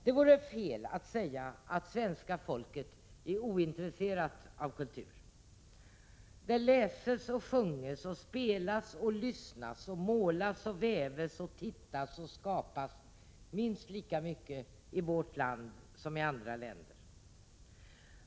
Det vore fel att säga att svenska folket är ointresserat av kultur. Det läses och sjunges och spelas och lyssnas och målas och väves och tittas och skapas, minst lika mycket i vårt land som i andra länder.